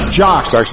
jocks